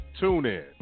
TuneIn